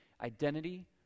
identity